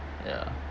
ya